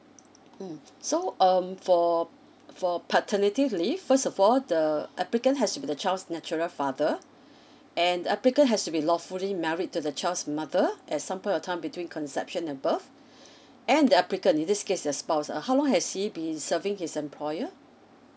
mm so um for for paternity leave first of all the applicant has to be the child's natural father and applicant has to be lawfully married to the child's mother at some point of time between conception above and the applicant in this case the spouse uh how long has he been serving his employer